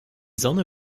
sonne